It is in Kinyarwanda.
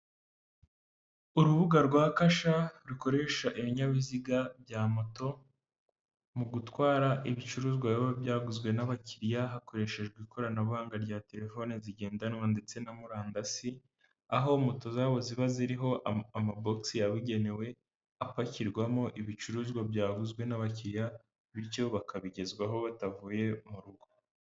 Urubuga rwa kasha rukoresha ibinyabiziga bya moto mu gutwara ibicuruzwa biba byaguzwe n'abakiriya hakoreshejwe ikoranabuhanga rya terefoni zigendanwa ndetse na murandasi, aho moto zabo ziba ziriho amabogisi yabugenewe apakirwamo ibicuruzwa byaguzwe n'abakiriya bityo bakabigezwaho batavuye mu rugo.